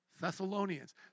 Thessalonians